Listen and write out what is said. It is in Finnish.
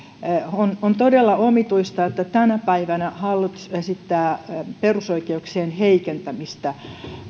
on on todella omituista että tänä päivänä hallitus esittää perusoikeuksien heikentämistä